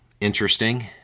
interesting